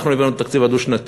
אנחנו הבאנו את התקציב הדו-שנתי,